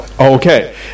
Okay